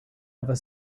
other